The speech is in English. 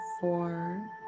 four